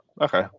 okay